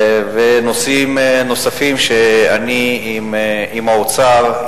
ונושאים נוספים שאני עם האוצר,